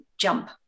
jump